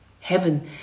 heaven